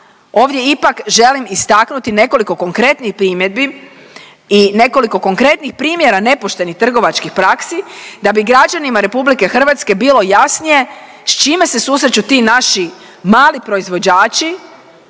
ovdje ipak želim istaknuti nekoliko konkretnih primjedbi i nekoliko konkretnih primjera nepoštenih trgovačkih praksi da bi građanima RH bilo jasnije s čime se susreću ti naši mali proizvođači